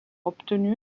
obtenu